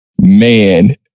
man